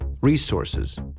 resources